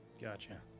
Gotcha